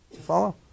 follow